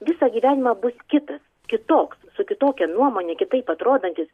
visą gyvenimą bus kitas kitoks su kitokia nuomone kitaip atrodantis